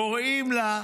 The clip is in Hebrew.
קוראים לה פלוגה.